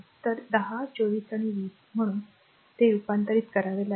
तर 10 24 20 म्हणून ते रूपांतरित करावे लागेल